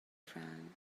friend